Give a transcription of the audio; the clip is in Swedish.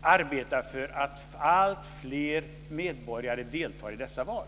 arbetar för att alltfler medborgare deltar i dessa val.